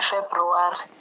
February